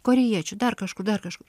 korėjiečių dar kažkur dar kažkur